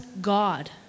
God